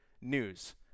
news